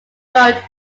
wrote